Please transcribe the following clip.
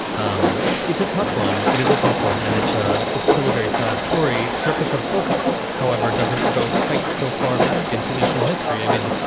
um it's a tough one. it is a tough one. and it's a it's still a very sad story. circus of books, however, doesn't go quite so far back into ancient history. i mean,